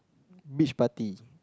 beach party